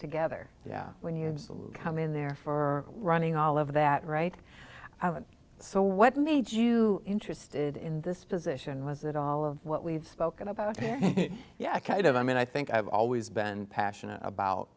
together yeah when you come in there for running all of that right so what made you interested in this position was it all of what we've spoken about ok yeah i kind of i mean i think i've always been passionate about